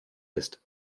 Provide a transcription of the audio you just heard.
ist